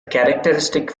characteristic